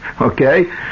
Okay